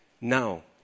Now